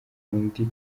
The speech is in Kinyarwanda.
undi